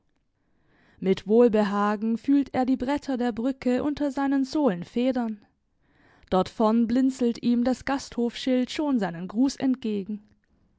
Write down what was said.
mit wohlbehagen fühlt er die bretter der brücke unter seinen sohlen federn dort vorn blinzelt ihm das gasthofschild schon seinen gruß entgegen